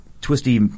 Twisty